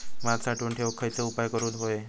भात साठवून ठेवूक खयचे उपाय करूक व्हये?